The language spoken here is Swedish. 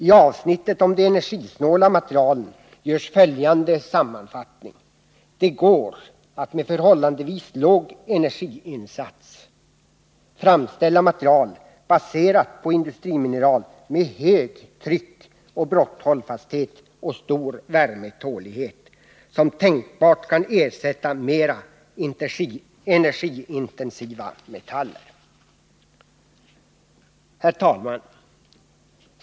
I avsnittet om de energisnåla materialen görs följande sammanfattning: Det går att med förhållandevis låg energiinsats framställa material baserat på industrimineral med hög tryckoch brotthållfasthet och stor värmetålighet som tänkbart kan ersätta mera energiintensiva metaller. Herr talman!